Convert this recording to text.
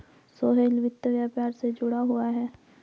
सोहेल वित्त व्यापार से जुड़ा हुआ है